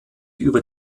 über